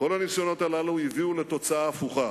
כל הניסיונות הללו הביאו לתוצאה הפוכה: